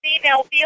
female